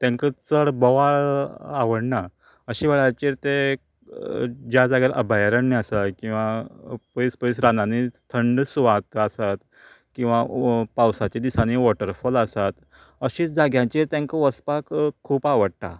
तांकां चड बोवाळ आवडना अशे वेळाचेर ते ज्या जाग्यार अभयारण्य आसा किंवा पयस पयस रानांनी थंड सुवात आसात किंवां पावसाच्या दिसांनी वॉटरफॉल आसात अशीच जाग्यांचेर तेंका वचपाक खूब आवडटा